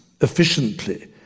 efficiently